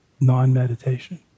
non-meditation